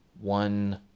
One